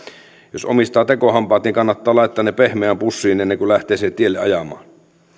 jos omistaa tekohampaat niin kannattaa laittaa ne pehmeään pussiin ennen kuin lähtee sille tielle ajamaan